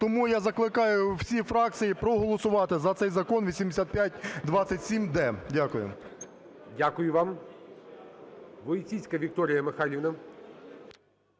Тому я закликаю всі фракції проголосувати за цей закон 8527-д. Дякую. ГОЛОВУЮЧИЙ. Дякую вам. Войціцька Вікторія Михайлівна.